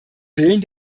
willen